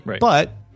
but-